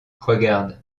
regarde